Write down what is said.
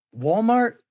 Walmart